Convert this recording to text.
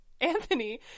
anthony